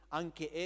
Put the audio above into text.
anche